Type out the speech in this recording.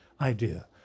idea